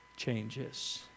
changes